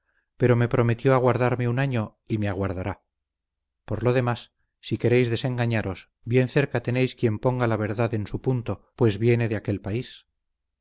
pero me prometió aguardarme un año y me aguardará por lo demás si queréis desengañaros bien cerca tenéis quien ponga la verdad en su punto pues viene de aquel país